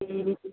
ਅਤੇ